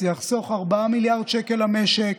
זה יחסוך 4 מיליארד שקלים למשק,